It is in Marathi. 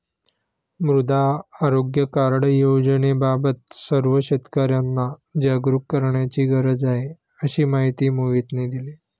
मृदा आरोग्य कार्ड योजनेबाबत सर्व शेतकर्यांना जागरूक करण्याची गरज आहे, अशी माहिती मोहितने दिली